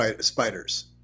spiders